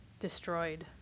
destroyed